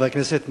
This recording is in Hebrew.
חברי הכנסת,